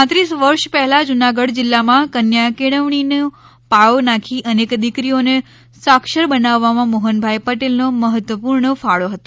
પાંત્રીસ વર્ષ પહેલાં જુનાગઢ જીલ્લામાં કન્યા કેળવણીની પાયો નાખી અનેક દીકરીઓને સાક્ષર બનાવવામાં મોહનભાઈ પટેલનો મહત્વપૂર્ણ ફાળો હતો